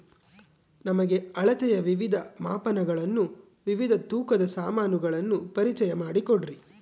ನಮಗೆ ಅಳತೆಯ ವಿವಿಧ ಮಾಪನಗಳನ್ನು ವಿವಿಧ ತೂಕದ ಸಾಮಾನುಗಳನ್ನು ಪರಿಚಯ ಮಾಡಿಕೊಡ್ರಿ?